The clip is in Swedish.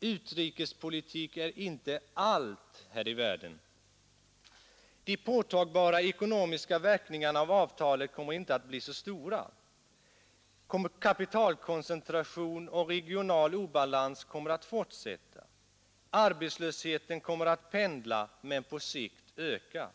Utrikespolitik är inte allt här i världen. De påtagbara ekonomiska verkningarna av avtalet kommer inte att bli stora. Kapitalkoncentration och regional obalans kommer att fortsätta. Arbetslösheten kommer att pendla men på sikt öka.